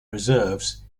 reserves